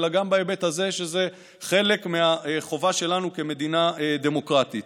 אלא גם בהיבט הזה שזה חלק מהחובה שלנו כמדינה דמוקרטית.